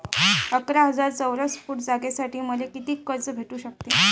अकरा हजार चौरस फुट जागेसाठी मले कितीक कर्ज भेटू शकते?